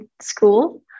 school